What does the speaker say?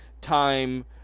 time